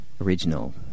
original